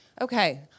okay